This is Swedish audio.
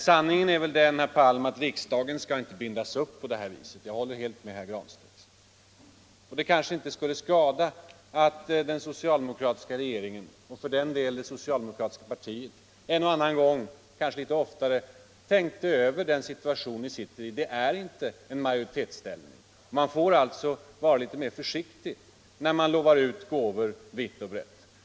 Sanningen är den, herr Palm, att riksdagen inte skall bindas upp på det här sättet. Jag håller helt med herr Granstedt. Det kanske inte skulle skada att den socialdemokratiska regeringen, och för den delen även det socialdemokratiska partiet, en och annan gång tänkte över den situation ni befinner er i. Det är inte en majoritetsställning. Man får vara litet mer försiktig när man lovar ut gåvor vitt och brett.